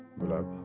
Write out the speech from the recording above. but i've